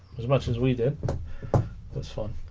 as much as we did this fun